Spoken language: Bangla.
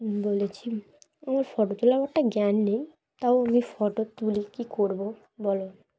বলেছি আমার ফটো তোলার একটা জ্ঞান নেই তাও আমি ফটো তুলে কী করবো বলো